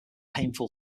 painful